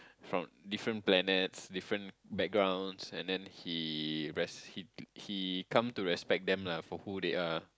from different planets different backgrounds and then he res~ he come to respect them lah for who they are